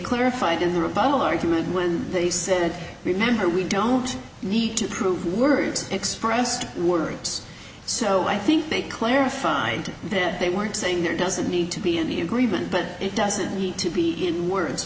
clarified in the rebuttal argument when they said remember we don't need to prove words expressed words so i think they clarified that they weren't saying there doesn't need to be any agreement but it doesn't need to be in words